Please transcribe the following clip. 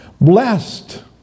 Blessed